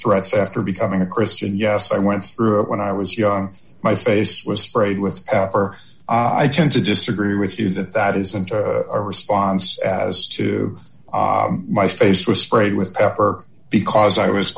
threats after becoming a christian yes i went through it when i was young my space was sprayed with pepper i tend to disagree with you that that isn't a response as to my space was sprayed with pepper because i was